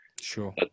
sure